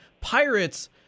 Pirates